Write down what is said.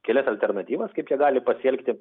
kelias alternatyvas kaip jie gali pasielgti